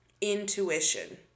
intuition